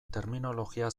terminologia